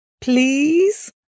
Please